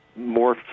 morphed